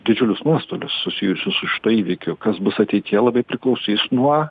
didžiulius nuostolius susijusius su šituo įvykiu kas bus ateityje labai priklausys nuo